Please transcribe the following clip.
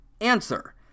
answer